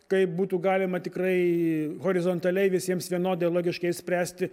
kaip būtų galima tikrai horizontaliai visiems vienodai logiškai išspręsti